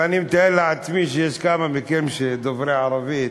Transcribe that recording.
ואני מתאר לעצמי שיש כמה מכם שדוברים ערבית,